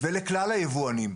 ולכלל היבואנים.